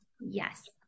Yes